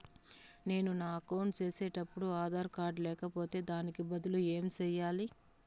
నేను నా అకౌంట్ సేసేటప్పుడు ఆధార్ కార్డు లేకపోతే దానికి బదులు ఏమి సెయ్యాలి?